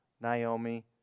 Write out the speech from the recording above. Naomi